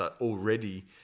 already